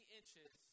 inches